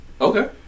Okay